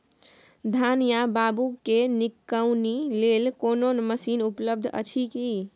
धान या बाबू के निकौनी लेल कोनो मसीन उपलब्ध अछि की?